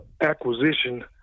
acquisition